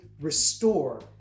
restore